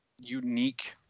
unique